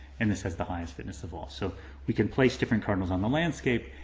and this has the highest fitness of all. so we can place different cardinals on the landscape,